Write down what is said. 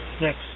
next